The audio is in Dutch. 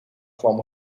kwam